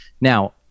now